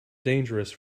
dangerous